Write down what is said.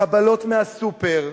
קבלות מהסופר.